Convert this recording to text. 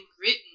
written